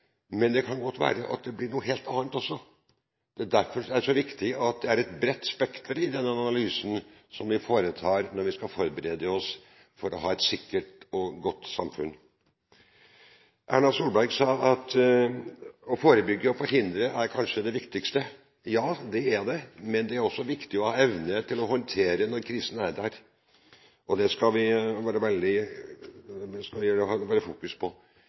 men det kan godt være at det blir noe helt annet også. Derfor er det så viktig at det er et bredt spekter i den analysen som vi foretar når vi skal forberede oss for å ha et sikkert og godt samfunn. Erna Solberg sa at å forebygge og forhindre er kanskje det viktigste. Ja, det er det, men det er også viktig å ha evne til å håndtere ting når krisen er der, og det skal vi fokusere på.